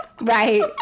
right